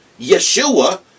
Yeshua